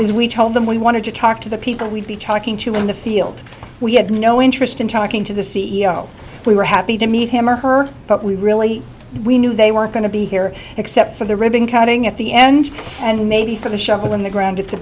is we told them we wanted to talk to the people we'd be talking to in the field we had no interest in talking to the c e o we were happy to meet him or her but we really we knew they weren't going to be here except for the ribbon cutting at the end and maybe for the shuffle in the ground at the